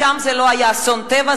שם זה לא היה אסון טבע,